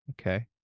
okay